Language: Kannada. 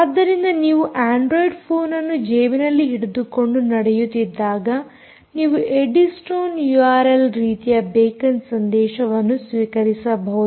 ಆದ್ದರಿಂದ ನೀವು ಅಂಡ್ರೊಯಿಡ್ ಫೋನ್ ಅನ್ನು ಜೇಬಿನಲ್ಲಿ ಹಿಡಿದುಕೊಂಡು ನಡೆಯುತ್ತಿದ್ದಾಗ ನೀವು ಎಡ್ಡಿ ಸ್ಟೋನ್ ಯೂಆರ್ಎಲ್ ರೀತಿಯ ಬೇಕನ್ ಸಂದೇಶವನ್ನು ಸ್ವೀಕರಿಸಬಹುದು